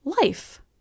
life